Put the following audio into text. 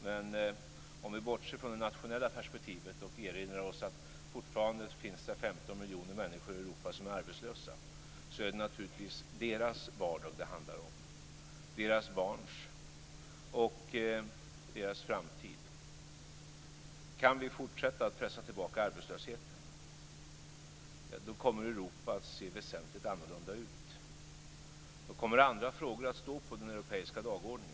Men om vi bortser från det nationella perspektivet och erinrar oss att det fortfarande finns 15 miljoner människor i Europa som är arbetslösa, är det naturligtvis deras vardag, deras barns vardag och deras framtid som det handlar om. Kan vi fortsätta att pressa tillbaka arbetslösheten kommer Europa att se väsentligt annorlunda ut. Då kommer andra frågor att stå på den europeiska dagordningen.